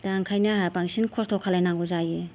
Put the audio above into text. दा ओंखायनो आंहा बांसिन खस्त' खालामनांगौ जायो